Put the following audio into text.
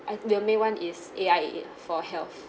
uh the main one is A_I_A for health